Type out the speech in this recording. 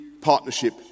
partnership